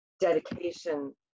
dedication